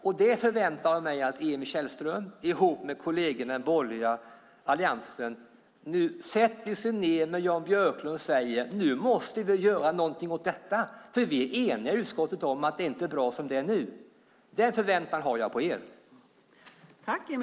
Jag förväntar mig att Emil Källström ihop med kollegerna i den borgerliga alliansen nu sätter sig ned med Jan Björklund och säger: Nu måste vi göra någonting åt detta, för vi är eniga i utskottet om att det inte är bra som det är nu. Den förväntan har jag på er.